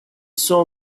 saw